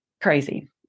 crazy